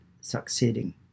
succeeding